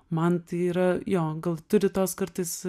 man tai yra jo gal turi tos kartais